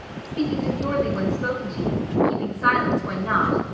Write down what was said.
speaking demurely when spoken to, keeping silence when not,